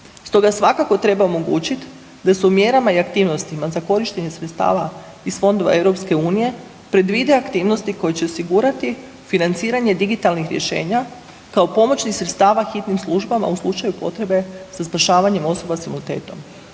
Stoga svakako treba omogućiti da se u mjerama i aktivnostima za korištenje sredstava iz fondova EU predvide aktivnosti koje će osigurati financiranje digitalnih rješenja kao pomoćnih sredstava hitnim službama u slučaju potrebe za spašavanje osoba s invaliditetom.